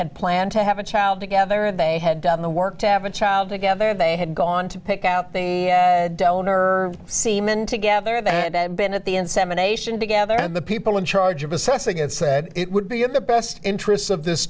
had planned to have a child together and they had done the work to have a child together they had gone to pick out the nerve semen together that had been at the insemination together and the people in charge of assessing it said it would be of the best interests of this